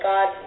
God